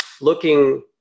looking